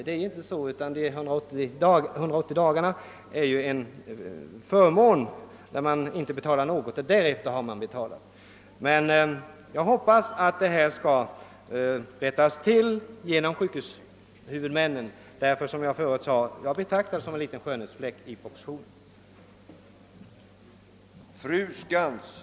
Nu utsträcks denna förmån till 365 dagar. Jag hoppas, som jag tidigare framhållit, att sjukvårdshuvudmännen skall begagna sig av möjligheten att medge avgiftsnedsättning eller avgiftsbefrielse så att denna skönhetsfläck i propositionen kommer bort.